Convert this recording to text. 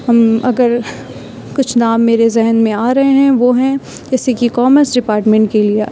ہم اگر کچھ نام میرے ذہن میں آ رہے ہیں وہ ہیں جیسے کہ کامرس ڈپارٹمنٹ کے لیے